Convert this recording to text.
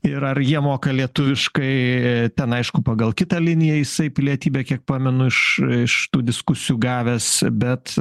ir ar jie moka lietuviškai ten aišku pagal kitą liniją jisai pilietybę kiek pamenu iš iš tų diskusijų gavęs bet